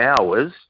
hours